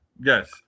Yes